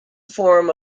form